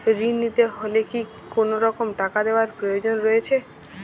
ঋণ নিতে হলে কি কোনরকম টাকা দেওয়ার প্রয়োজন রয়েছে?